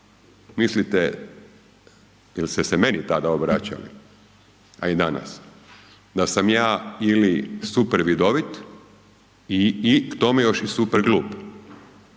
mislite jer ste se meni tada obraćali a i danas, da sam ja ili super vidovit i k tome još i super glup